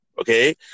okay